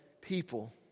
people